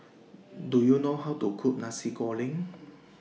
Do YOU know How to Cook Nasi Goreng